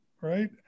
right